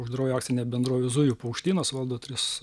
uždaroji akcinė bendrovė zujų paukštynas valdo tris